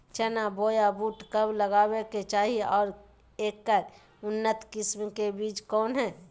चना बोया बुट कब लगावे के चाही और ऐकर उन्नत किस्म के बिज कौन है?